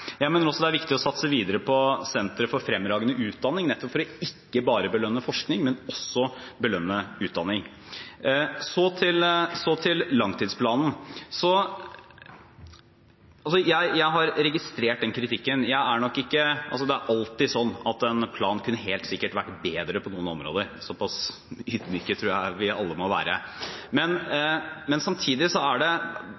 jeg kunne vært en god idé. Jeg mener også det er viktig å satse videre på Senter for fremragende utdanning, nettopp for ikke bare å belønne forskning, men også belønne utdanning. Så til langtidsplanen: Jeg har registrert kritikken. Det er alltid sånn at en plan helt sikkert kunne vært bedre på noen områder – såpass ydmyke tror jeg vi alle må være. Men samtidig tror jeg det kanskje baserer seg på et perspektiv jeg ikke er